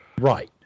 Right